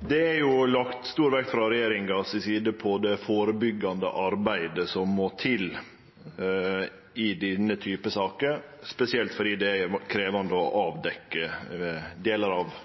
Det er lagt stor vekt frå regjeringas side på det førebyggjande arbeidet som må til i denne typen saker, spesielt fordi det er krevjande å avdekkje delar av